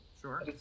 sure